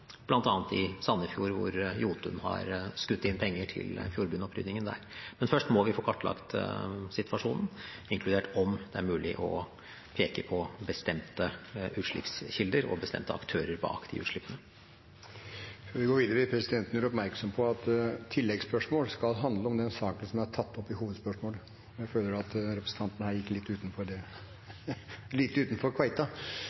i Sandefjord, der Jotun har skutt inn penger til sjøbunnoppryddingen. Men først må vi få kartlagt situasjonen, inkludert om det er mulig å peke på bestemte utslippskilder og bestemte aktører bak utslippene. Presidenten gjør oppmerksom på at tilleggsspørsmål skal handle om den saken som er tatt opp i hovedspørsmålet. Vi fortsetter med Haltbrekken – med et nytt spørsmål til klima- og